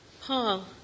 Paul